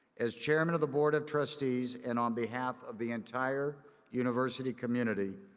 as chairman of the board of trustees, and on behalf of the entire university community,